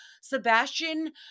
Sebastian